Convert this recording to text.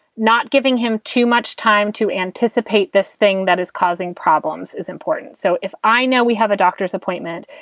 not giving him too much time to anticipate this thing that is causing problems is important. so if i know we have a doctor's appointment,